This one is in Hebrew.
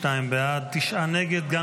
92 בעד, תשעה נגד.